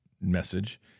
message